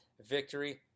victory